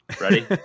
Ready